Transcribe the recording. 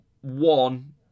one